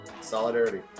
Solidarity